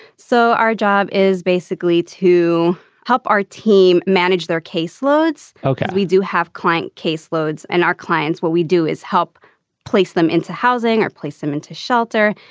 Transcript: so our job is basically to help our team manage their case loads okay. we do have client case loads and our clients what we do is help place them into housing or place them into shelter.